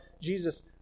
Jesus